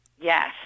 Yes